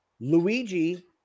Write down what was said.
Luigi